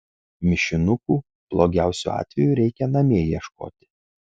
mišinukų blogiausiu atveju reikia namie ieškoti